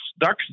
ducks